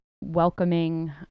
welcoming